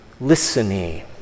listening